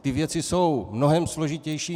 Ty věci jsou mnohem složitější.